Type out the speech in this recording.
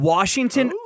Washington